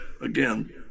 Again